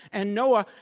and, noah,